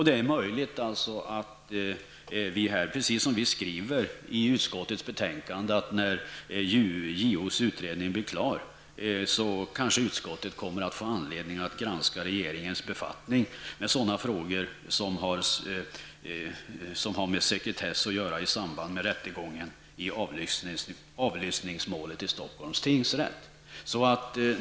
Det är alltså möjligt att vi här, precis som vi skriver i utskottsbetänkandet, när JOs utredning blir klar, kanske kommer att få anledning att granska regeringens befattning med frågor som har med sekretess att göra i samband med rättegången i avlyssningsmålet i Stockholms tingsrätt.